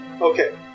Okay